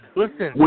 listen